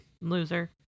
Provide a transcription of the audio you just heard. Loser